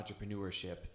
entrepreneurship